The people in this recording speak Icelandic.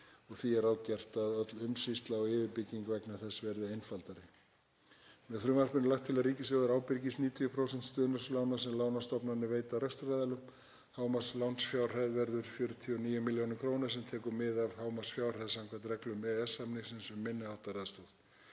og því er ráðgert að öll umsýsla og yfirbygging vegna þess verði einfaldari. Með frumvarpinu er lagt til að ríkissjóður ábyrgist 90% stuðningslána sem lánastofnanir veita rekstraraðilum. Hámarkslánsfjárhæð verður 49 millj. kr. sem tekur mið af hámarksfjárhæð samkvæmt reglum EES-samningsins um minni háttar aðstoð.